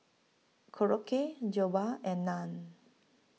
Korokke Jokbal and Naan